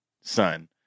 son